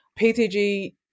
PTG